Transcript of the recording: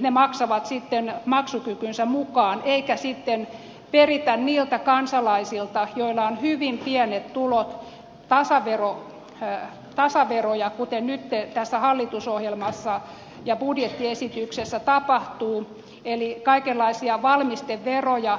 ryhmät maksavat sitten maksukykynsä mukaan eikä sitten peritä niiltä kansalaisilta joilla on hyvin pienet tulot tasaveroja kuten nyt tässä hallitusohjelmassa ja budjettiesityksessä tapahtuu eli kaikenlaisia valmisteveroja